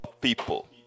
people